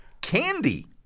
Candy